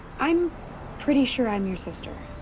i'm pretty sure i'm your sister.